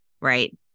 right